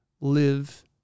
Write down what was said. live